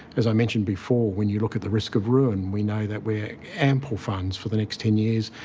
as i mentioned before, when you look at the risk of ruin, we know that we're ample funds for the next ten years,